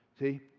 see